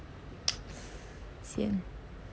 sian